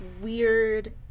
weird